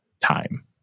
time